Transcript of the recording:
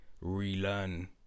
relearn